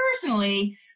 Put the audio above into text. personally